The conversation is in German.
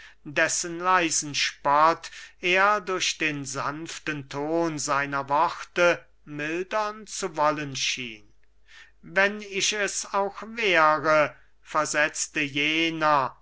dessen leisen spott er durch den sanften ton seiner worte mildern zu wollen schien wenn ich es auch wäre versetzte jener